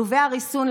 כלובי הריסון,